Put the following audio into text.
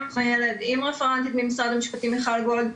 המועצה לשלום הילד עם רפרנטית ממשרד המשפטים מיכל גולד,